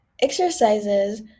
exercises